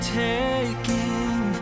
taking